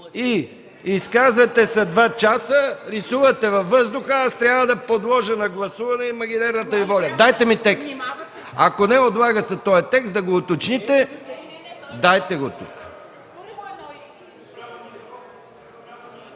– изказвате се два часа, рисувате във въздуха, аз трябва да подложа на гласуване имагинерната... (Реплика.) Дайте ми текста. Ако не, отлагаме този текст, да го уточните. (Реплика